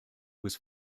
was